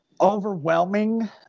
overwhelming